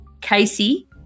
Casey